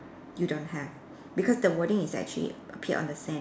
you don't have because the wording is actually appear on the sand